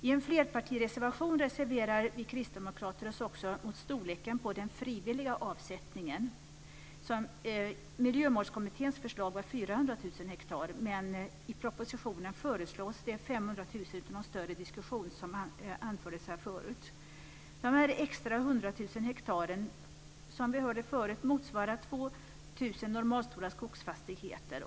I en flerpartireservation reserverar vi kristdemokrater oss också mot storleken på den frivilliga avsättningen. Miljömålskommitténs förslag var 400 000 hektar, men i propositionen föreslås 500 000 utan någon större diskussion, som anfördes här förut. Dessa extra 100 000 hektar motsvarar 2 000 normalstora skogsfastigheter.